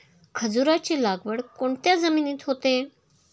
खजूराची लागवड कोणत्या जमिनीत होते?